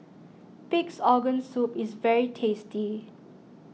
Pig's Organ Soup is very tasty